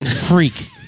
Freak